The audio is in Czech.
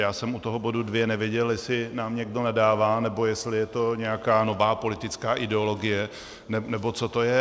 Já jsem u toho bodu 2 nevěděl, jestli nám někdo nadává, nebo jestli je to nějaká nová politická ideologie, nebo co to je.